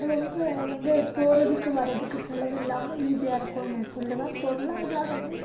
ரொம்ப வந்து போகிறதுக்கு வர்றதுக்கு செலவு இல்லாமல் ஈசியாக இருக்கும்ன்னு நான் சொல்வேன் பொருளாதாரமும்